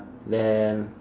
then